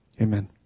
Amen